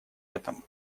этом